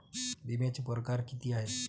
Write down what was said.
बिम्याचे परकार कितीक हाय?